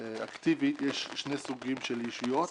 יש שני סוגים של ישויות: